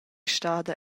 stada